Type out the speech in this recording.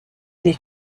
les